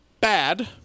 bad